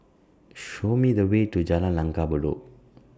Show Me The Way to Jalan Langgar Bedok